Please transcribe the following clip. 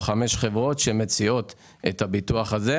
חמש חברות שמציעות את הביטוח בנושא של נזקי טבע.